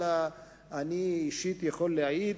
אלא אני אישית יכול להעיד,